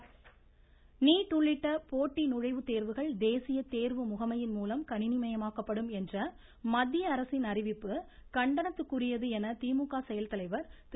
Stalin NEET உள்ளிட்ட போட்டி நுழைவுத்தேர்வுகள் தேசிய தேர்வு முகமையின் மூலம் கணிணிமயமாக்கப்படும் என்ற மத்திய அரசின் அறிவிப்பு கண்டனத்திற்குரியது என திமுக செயல்தலைவர் திரு